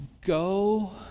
go